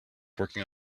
working